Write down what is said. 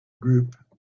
group